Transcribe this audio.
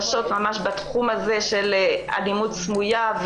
הכשרה מיוחדת לשופטים בתחום של אלימות סמויה.